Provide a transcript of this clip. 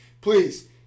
please